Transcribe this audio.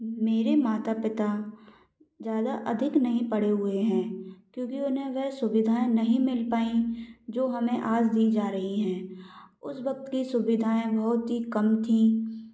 मेरे माता पिता ज्यादा अधिक नहीं पढ़े हुए हैं क्योंकि उन्हें वह सुविधाएं नहीं मिल पाईं जो हमें आज दी जा रही हैं उस वक्त की सुविधाएं बहुत ही कम थीं